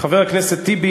חבר הכנסת טיבי,